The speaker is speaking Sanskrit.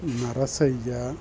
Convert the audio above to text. नरसय्य